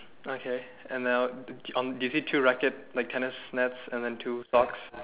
okay and then I will on you see two rackets like tennis nets and then two socks